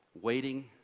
waiting